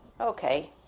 Okay